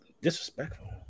disrespectful